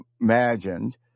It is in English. imagined